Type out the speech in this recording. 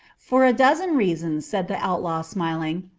for a dozen reasons, said the outlaw, smiling.